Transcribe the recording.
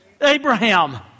Abraham